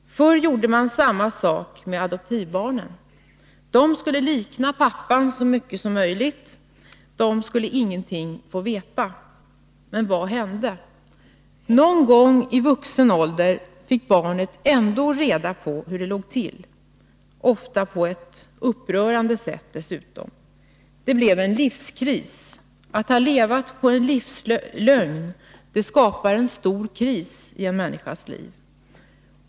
Förr gjorde man samma sak med adoptivbarn — de skulle likna pappan så mycket som möjligt, och de skulle ingenting få veta. Men vad hände? Någon gång i vuxen ålder fick barnet ändå reda på hur det låg till — ofta dessutom på ett upprörande sätt. Det blev en livskris. Att ha levat på en livslögn skapar en stor kris i en människas liv.